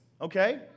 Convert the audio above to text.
okay